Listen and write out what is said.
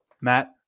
Matt